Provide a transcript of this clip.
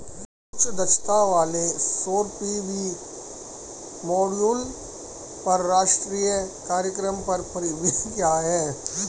उच्च दक्षता वाले सौर पी.वी मॉड्यूल पर राष्ट्रीय कार्यक्रम का परिव्यय क्या है?